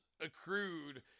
accrued